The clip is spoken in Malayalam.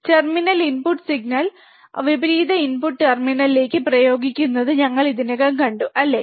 ടെർമിനൽ ഇൻപുട്ട് സിഗ്നൽ വിപരീത ഇൻപുട്ട് ടെർമിനലിലേക്ക് പ്രയോഗിക്കുന്നത് ഞങ്ങൾ ഇതിനകം കണ്ടു അല്ലേ